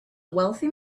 wealthy